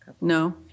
No